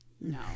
No